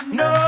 no